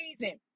reason